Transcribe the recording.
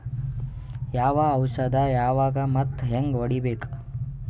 ಯಾವ ಔಷದ ಯಾವಾಗ ಮತ್ ಹ್ಯಾಂಗ್ ಹೊಡಿಬೇಕು?